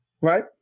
right